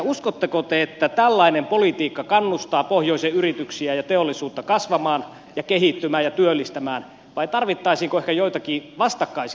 uskotteko te että tällainen politiikka kannustaa pohjoisen yrityksiä ja teollisuutta kasvamaan ja kehittymään ja työllistämään vai tarvittaisiinko ehkä joitakin vastakkaisia toimenpiteitä